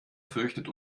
fürchtet